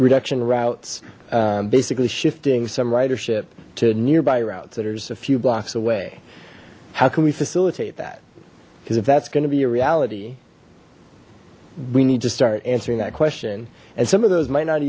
reduction routes basically shifting some ridership to nearby routes that are just a few blocks away how can we facilitate that because if that's going to be a reality we need to start answering that question and some of those might not